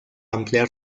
ampliar